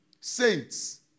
Saints